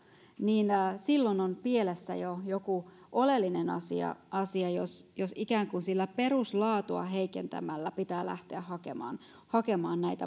silloin on pielessä jo joku oleellinen asia asia jos jos ikään kuin peruslaatua heikentämällä pitää lähteä hakemaan hakemaan